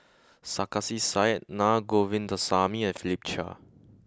Sarkasi Said Naa Govindasamy and Philip Chia